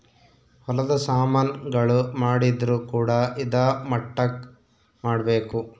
ಹೊಲದ ಸಾಮನ್ ಗಳು ಮಾಡಿದ್ರು ಕೂಡ ಇದಾ ಮಟ್ಟಕ್ ಮಾಡ್ಬೇಕು